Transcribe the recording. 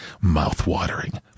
Mouth-watering